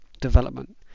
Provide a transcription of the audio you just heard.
development